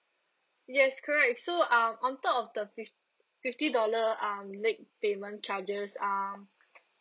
yes correct so uh on top of the fif~ fifty dollar um late payment charges um